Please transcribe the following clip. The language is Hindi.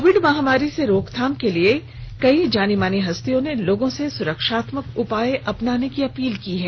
कोविड महामारी से रोकथाम के लिए कई जानीमानी हस्तियों ने लोगों से सुरक्षात्मक उपाय अपनाने की अपील की है